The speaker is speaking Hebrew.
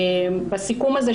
בסיכום הזה,